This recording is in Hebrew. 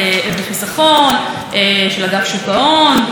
אישה נשיאת בית המשפט העליון.